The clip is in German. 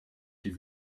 die